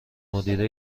مدیره